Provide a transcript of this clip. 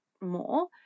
more